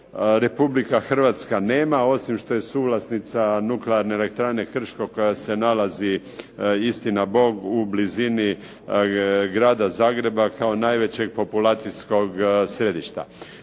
Republika Hrvatska nema, osim što je suvlasnica Nuklearne elektrane "Krško" koja se nalazi, istina Bog, u blizini grada Zagreba kao najvećeg populacijskog središta.